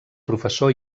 professor